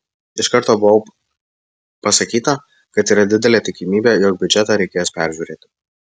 iš karto buvo pasakyta kad yra didelė tikimybė jog biudžetą reikės peržiūrėti